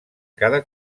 cada